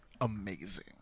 amazing